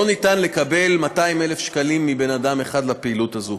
לא יהיה אפשר לקבל 200,000 שקלים מבן-אדם אחד לפעילות הזאת.